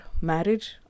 marriage